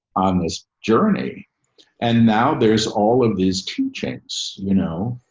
on this journey and now there's all of these two chains, you know,